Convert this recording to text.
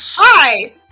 hi